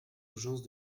urgence